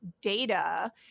data